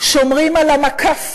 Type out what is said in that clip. שומרים על המקף